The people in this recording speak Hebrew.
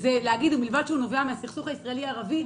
הייתה להגיד: ובלבד שהוא נובע מן הסכסוך הישראלי ערבי,